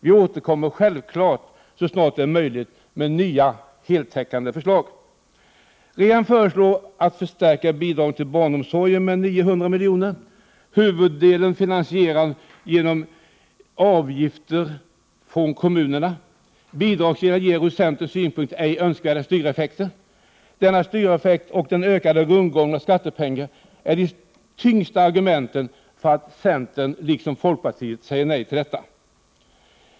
Vi återkommer självfallet så snart det är möjligt med nya heltäckande förslag. Regeringen föreslår förstärkta bidrag till barnomsorgen med 900 miljoner. Huvuddelen finansieras genom avgifter från kommunerna. Bidragsreglerna ger en ur centerns synpunkt ej önskvärd styreffekt. Denna styreffekt och den ökade rundgången av skattepengar är de tyngsta argumenten för att centern liksom folkpartiet säger nej till detta.